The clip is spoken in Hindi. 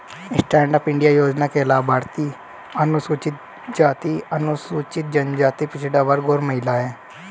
स्टैंड अप इंडिया योजना के लाभार्थी अनुसूचित जाति, अनुसूचित जनजाति, पिछड़ा वर्ग और महिला है